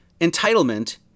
entitlement